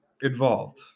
involved